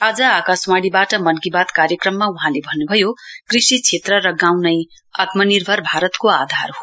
आज आकाशवाणीबाट मन की बात कार्यक्रममा वहाँले भन्नभयो कृषि क्षेत्र र गाँउ नै आत्मनिर्भर भारतको आधार हो